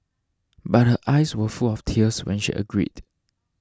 but her eyes were full of tears when she agreed